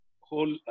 whole